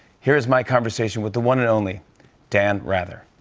here is my conversation with the one and only dan rather.